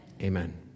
amen